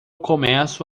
começo